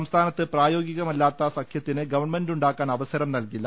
സംസ്ഥാനത്ത് പ്രായോഗികമല്ലാത്ത സഖ്യത്തിന് ഗവൺമെന്റുണ്ടാക്കാൻ അവ സരം നൽകില്ല